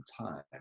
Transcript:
time